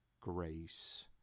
grace